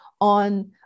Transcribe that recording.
on